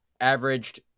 averaged